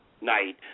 night